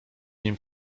nim